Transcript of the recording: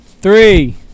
three